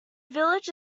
village